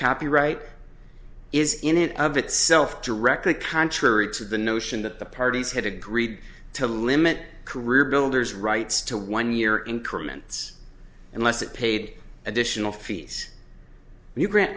copyright is in and of itself directly contrary to the notion that the parties had agreed to limit career builders rights to one year increment unless it paid additional fees and you grant